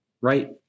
right